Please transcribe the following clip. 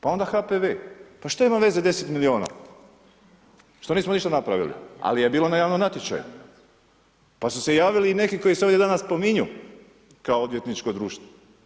Pa onda HPB, pa što ima veze 10 milijuna, što nismo ništa napravili, ali je bio na javnom natječaju, pa su se javili i neki koji se ovdje danas spominju kao odvjetničko društvo.